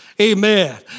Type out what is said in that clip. Amen